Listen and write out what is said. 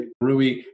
Rui